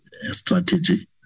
strategy